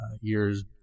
years